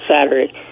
Saturday